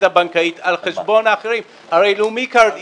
הבנקאית על חשבון האחרים הרי "לקומי קארד",